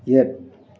ꯌꯦꯠ